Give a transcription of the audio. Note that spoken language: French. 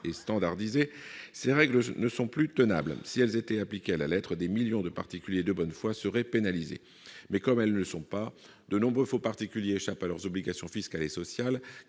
et standardisé, ces règles ne sont plus tenables. Si elles étaient appliquées à la lettre, des millions de particuliers de bonne foi seraient pénalisés : mais, comme elles ne le sont pas, de nombreux « faux particuliers » échappent à leurs obligations fiscales et sociales,